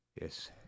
Yes